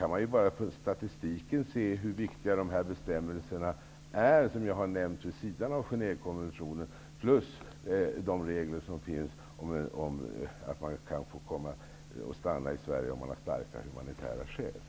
Man kan ju bara på statis tiken se hur viktiga de här bestämmelserna är, som jag har nämnt vid sidan om Genèvekonven tionen, förutom de regler som finns när det gäller att få stanna i Sverige om man har starka humani tära skäl.